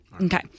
Okay